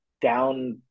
down